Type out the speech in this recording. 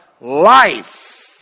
Life